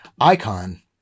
icon